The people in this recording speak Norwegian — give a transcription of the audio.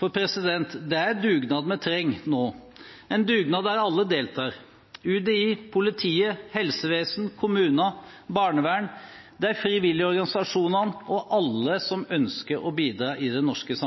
For det er dugnad vi trenger nå, en dugnad der alle deltar; UDI, politiet, helsevesenet, kommunene, barnevernet, de frivillige organisasjonene og alle som ønsker å bidra i det norske